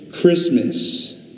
Christmas